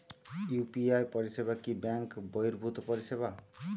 UPI পরিসেবা কি bank বর্হিভুত পরিসেবা?